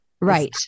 Right